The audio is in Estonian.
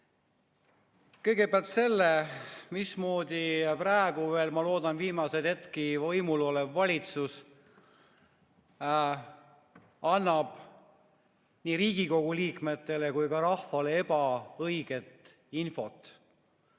Kõigepealt selle, mismoodi praegu veel – ma loodan, et viimaseid hetki – võimul olev valitsus annab nii Riigikogu liikmetele kui ka rahvale ebaõiget